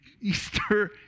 easter